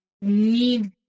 need